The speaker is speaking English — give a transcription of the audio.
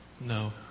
No